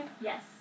Yes